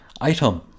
Item